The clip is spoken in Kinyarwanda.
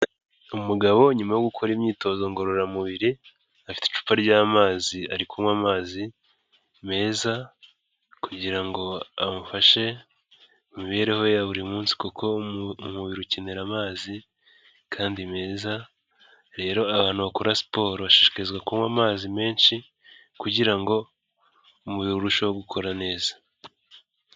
Umugabo nyuma yo gukora imyitozo ngororamubiri, afite icupa ry'amazi ari kunywa amazi meza, kugira ngo amufashe mu mibereho ye ya buri munsi kuko umubiri ukenera amazi kandi meza, rero abantu bakora siporo bashishikarizwa kunywa amazi menshi, kugira ngo umubiri urusheho gukora neza.